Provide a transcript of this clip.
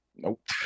nope